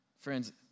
Friends